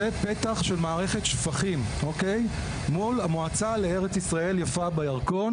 זה פתח של מערכת שפכים מול המועצה לארץ ישראל יפה בירקון.